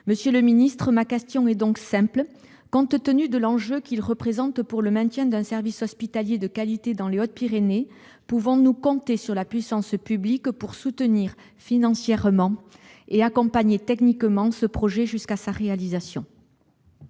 Monsieur le secrétaire d'État, ma question est simple : compte tenu de l'enjeu qu'il représente pour le maintien d'un service hospitalier de qualité dans les Hautes-Pyrénées, pouvons-nous compter sur la puissance publique pour soutenir financièrement et accompagner techniquement ce projet jusqu'à sa réalisation ?